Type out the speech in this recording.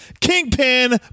Kingpin